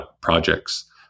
projects